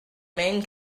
main